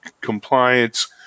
compliance